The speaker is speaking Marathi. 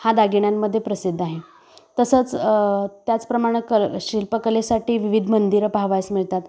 हा दागिन्यांमध्येे प्रसिद्ध आहे तसंच त्याचप्रमाणं क शिल्पकलेसाठी विविध मंदिरं पहावयास मिळतात